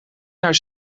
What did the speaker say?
naar